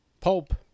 Pope